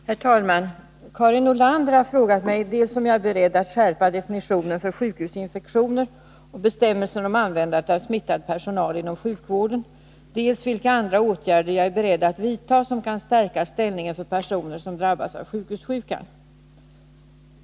Herr talman! Karin Nordlander har frågat mig dels om jag är beredd att skärpa definitionen för sjukhusinfektioner och bestämmelsen om användandet av smittad personal inom sjukvården, dels vilka andra åtgärder jag är beredd att vidta som kan stärka ställningen för personer som drabbas av sjukhussjukan.